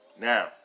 now